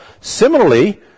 similarly